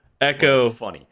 Echo